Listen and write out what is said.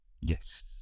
yes